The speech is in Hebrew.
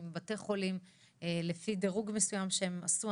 ובתי החולים לפי דירוג מסוים שהן עשו,